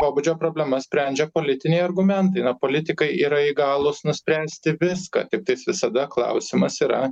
pobūdžio problemas sprendžia politiniai argumentai na politikai yra įgalūs nuspręsti viską tiktais visada klausimas yra